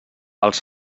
els